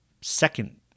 second